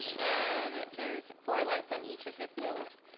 and there's four lights on each of the fields.